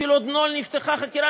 אפילו עוד לא נפתחה חקירה,